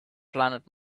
planet